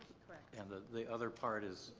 correct. and the the other part is.